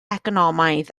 economaidd